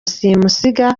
simusiga